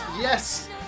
Yes